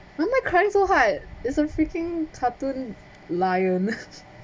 why am I crying so hard it's a freaking cartoon lion